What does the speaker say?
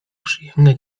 przyjemne